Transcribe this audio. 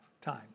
time